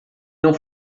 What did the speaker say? não